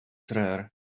rare